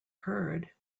heard